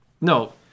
No